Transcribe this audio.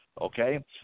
okay